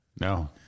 No